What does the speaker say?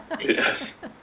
Yes